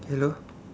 hello